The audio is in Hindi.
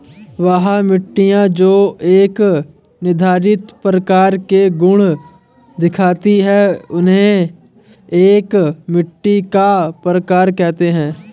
वह मिट्टियाँ जो एक निर्धारित प्रकार के गुण दिखाती है उन्हें एक मिट्टी का प्रकार कहते हैं